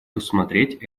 рассмотреть